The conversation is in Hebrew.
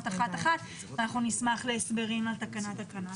תתחיל בקריאת התקנות אחת אחת ואנחנו נשמח להסברים על תקנה תקנה.